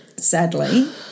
sadly